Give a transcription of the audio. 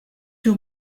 too